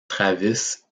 travis